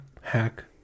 hack